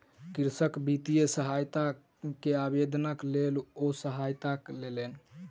कृषक वित्तीय सहायता के आवेदनक लेल ओ सहायता लेलैन